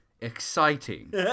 Exciting